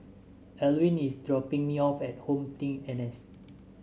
Elwyn is dropping me off at HomeTeam N S